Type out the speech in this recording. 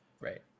Right